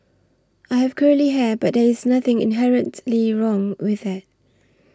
I have curly hair but there is nothing inherently wrong with it